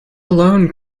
alone